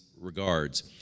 regards